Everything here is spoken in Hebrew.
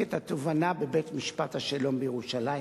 את התובענה בבית-משפט השלום בירושלים,